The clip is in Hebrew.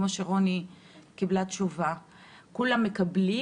כמו שרוני קיבלה תשובה; כולם מקבלים?